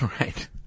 Right